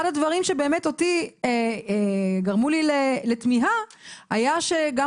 אחד הדברים שגרמו לי לתמיהה היה שגם